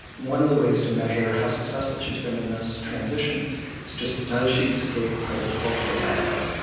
one of the ways to measure how successful she's been in this transition is just does she stay part of the cultural dialogue?